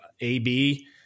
AB